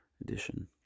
Edition